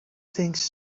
things